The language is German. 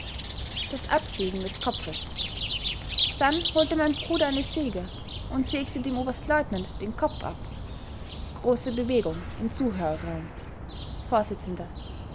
das absägen des kopfes dann holte mein bruder eine säge und sägte dem oberstleutnant den kopf ab